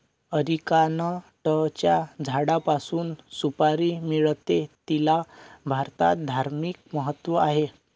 अरिकानटच्या झाडापासून सुपारी मिळते, तिला भारतात धार्मिक महत्त्व आहे